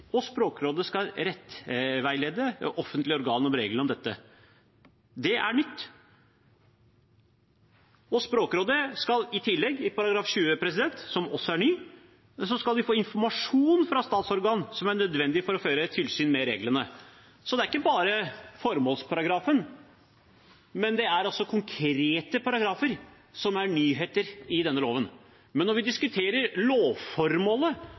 organ om reglane i denne lova.» – Det er nytt. Språkrådet skal i tillegg, i § 20, som også er ny, få informasjon fra statsorgan som er nødvendig for å føre tilsyn med reglene. Så det er ikke bare formålsparagrafen, men det er konkrete paragrafer som er nyheter i denne loven. Når vi diskuterer lovformålet,